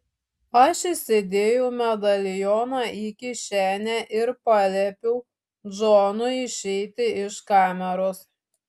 aš įsidėjau medalioną į kišenę ir paliepiau džonui išeiti iš kameros